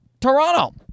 Toronto